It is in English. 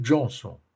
Johnson